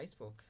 Facebook